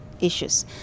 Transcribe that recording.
issues